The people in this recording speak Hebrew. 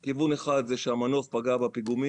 נחקרים שני כיוונים: כיוון אחד הוא שהמנוף פגע בפיגומים,